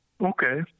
Okay